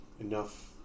enough